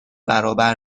برابر